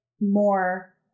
more